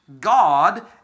God